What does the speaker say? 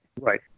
right